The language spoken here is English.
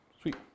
Sweet